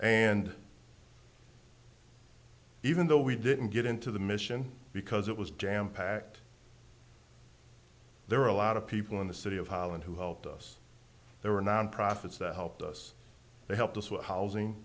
and even though we didn't get into the mission because it was jam packed there were a lot of people in the city of holland who helped us there were non profits that helped us they helped us with housing